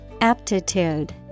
Aptitude